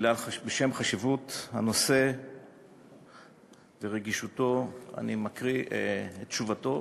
בשם חשיבות הנושא ורגישותו אני מקריא את תשובתו